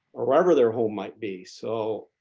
ah wherever their home might be, so